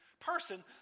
person